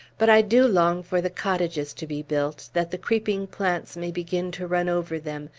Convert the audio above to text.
but i do long for the cottages to be built, that the creeping plants may begin to run over them,